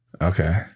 Okay